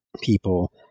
people